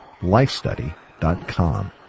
lifestudy.com